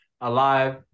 alive